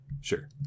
Sure